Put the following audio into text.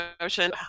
Motion